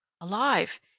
Alive